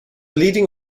leading